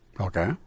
Okay